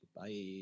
Bye